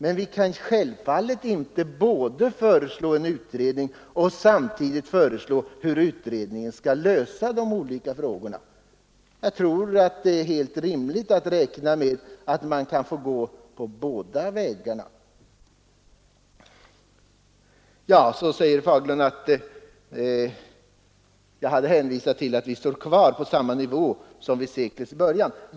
Men vi kan självfallet inte föreslå en utredning och samtidigt föreslå hur utredningen skall lösa de olika frågorna. Jag tror att det är helt rimligt att räkna med att man kan få gå båda vägarna. Herr Fagerlund sade att jag hade hänvisat till att vi står kvar på samma nivå som vid seklets början.